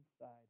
inside